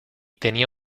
tenía